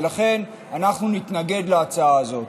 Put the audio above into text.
ולכן אנחנו נתנגד להצעה הזאת.